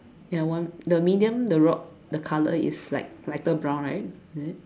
ya one the medium the rock the color is like lighter brown right is it